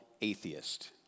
atheist